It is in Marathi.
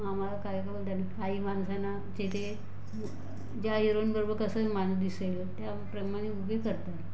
मग आम्हाला काही रोल त्यांनी बाई माणसांना जे जे ज्या हिरोईन बरोबर कसं मान दिसेल त्याप्रमाणे उभी करतात